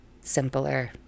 simpler